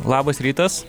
labas rytas